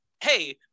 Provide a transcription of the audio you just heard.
hey